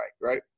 right